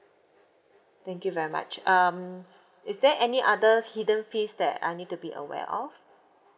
thank you very much um is there any other hidden fees that I need to be aware of